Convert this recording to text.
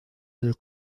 del